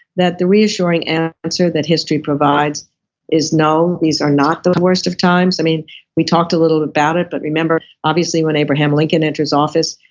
that the reassuring and answer that history provides is, no these are not the worst of times. i mean we talked a little about it, but remember obviously when abraham lincoln enters office,